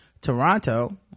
toronto